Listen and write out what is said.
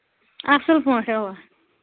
اَصٕل پٲٹھۍ اَوا